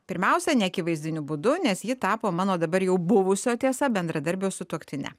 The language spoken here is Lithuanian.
pirmiausia neakivaizdiniu būdu nes ji tapo mano dabar jau buvusio tiesa bendradarbio sutuoktine